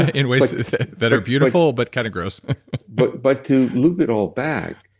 ah in ways that are beautiful but kind of gross but but to loop it all back,